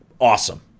awesome